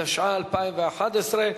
התשע"א 2011,